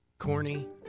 Corny